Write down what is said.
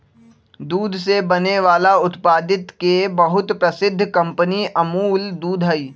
दूध से बने वाला उत्पादित के बहुत प्रसिद्ध कंपनी अमूल दूध हई